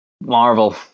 Marvel